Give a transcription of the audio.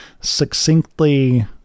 succinctly